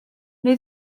neu